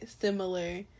similar